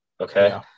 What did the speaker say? okay